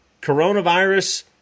coronavirus